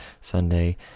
sunday